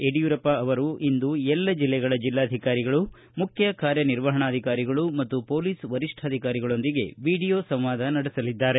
ಯಡಿಯೂರಪ್ಪ ಇಂದು ಎಲ್ಲ ಜಿಲ್ಲೆಗಳ ಜಿಲ್ನಾಧಿಕಾರಿಗಳು ಮುಖ್ಯ ಕಾರ್ಯ ನಿರ್ವಹಣಾಧಿಕಾರಿಗಳು ಮತ್ತು ಮೊಲೀಸ್ ವರಿಷ್ಠಾಧಿಕಾರಿಗಳೊಂದಿಗೆ ವಿಡಿಯೋ ಸಂವಾದ ನಡೆಸಲಿದ್ದಾರೆ